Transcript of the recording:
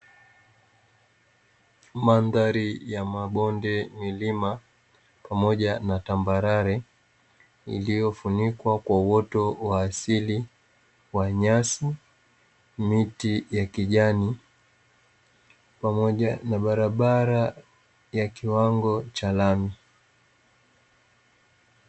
Mandhari ya mabonde, milima pamoja na tambarare iliyofunikwa kwa uoto wa asili wa nyasi, miti ya kijani pamoja na barabara ya kiwango cha lami.